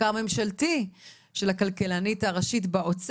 מחקר ממשלתי של הכלכלנית הראשית במשרד האוצר,